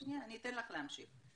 אני אתן לך להמשיך.